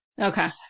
Okay